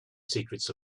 secrets